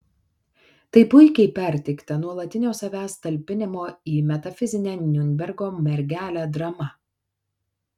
tai puikiai perteikta nuolatinio savęs talpinimo į metafizinę niurnbergo mergelę drama